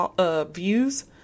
views